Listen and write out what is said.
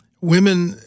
women